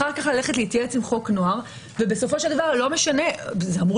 אחר כך ללכת להתייעץ עם חוק נוער ובסופו של דבר זה אמור